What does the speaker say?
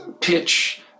pitch